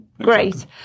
great